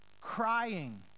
crying